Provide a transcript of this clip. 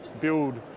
build